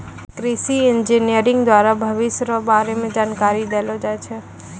कृषि इंजीनियरिंग द्वारा भविष्य रो बारे मे जानकारी देलो जाय छै